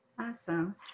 Awesome